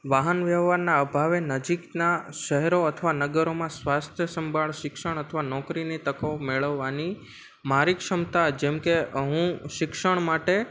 વાહન વ્યવહારના અભાવે નજીકના શહેરો અથવા નગરોમાં સ્વાસ્થ્ય સંભાળ શિક્ષણ અથવા નોકરીની તકો મેળવવાની મારી ક્ષમતા જેમ કે હું શિક્ષણ માટે